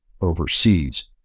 overseas